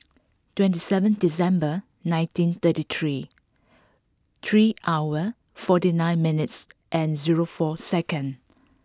twenty seven December nineteen thirty three three hour forty nine minutes and zero four second